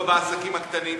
לא בעסקים הקטנים,